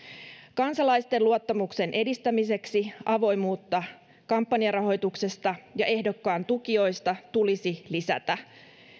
kansalaisten luottamuksen edistämiseksi avoimuutta kampanjarahoituksesta ja ehdokkaan tukijoista tulisi lisätä